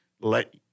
Let